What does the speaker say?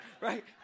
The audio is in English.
right